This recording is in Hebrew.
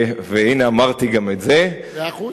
והנה אמרתי גם את זה, מאה אחוז.